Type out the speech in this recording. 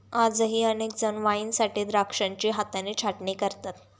आजही अनेक जण वाईनसाठी द्राक्षांची हाताने छाटणी करतात